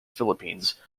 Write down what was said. philippines